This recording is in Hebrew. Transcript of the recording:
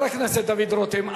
חבר הכנסת דוד רותם,